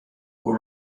who